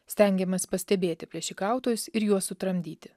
stengiamės pastebėti plėšikautojus ir juos sutramdyti